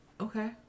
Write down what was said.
Okay